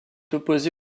opposé